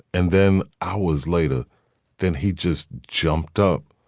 and then hours later then he just jumped up.